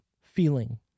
feeling